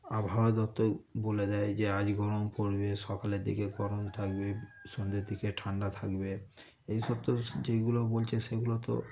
আবহাওয়া দপ্তর বলে দেয় যে আজ গরম পড়বে সকালের দিকে গরম থাকবে সন্ধের দিকে ঠান্ডা থাকবে এইসব তো যেইগুলো বলছে সেগুলো তো